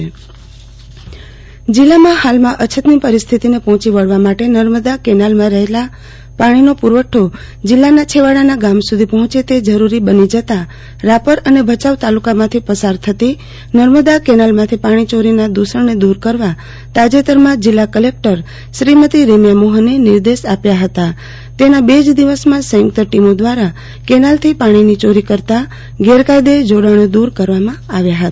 આરતી ભદ્દ જીલ્લામાં ફાલમાં અછત ની પરિસ્થિતિ ને પફોચી વળવા માટે નર્મદા કેનાલ માં રફેલો પાણી પુરવઠા જીલ્લાના છેવાડા નાં ગામડા સુધી પફોચે તે જરૂરી બની જતા રાપર અને ભચાઉ તાલુકા માંથી પસાર થતી નર્મદા કેનાલ માંથી પાણી ચોરી ના દુષણો ને દુર કરવા તાજેતર માં જીલ્લા કલેકટર શ્રીમતી રેમ્યા મોફને નિર્દેશ આપ્યો ફતો તેના બે દિવસ માં સયુંકત ટીમો દ્વારા કેનાલ થી પાણીની ચોરી કરતા ગેરકાયદેસર જોડાણી દુર કરવામાં આવ્યા હતા